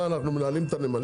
מה, אנחנו מנהלים את הנמלים?